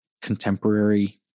contemporary